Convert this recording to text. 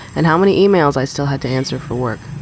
and how many emails i still had to answer for work.